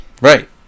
Right